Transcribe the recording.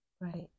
Right